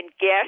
guess